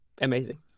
amazing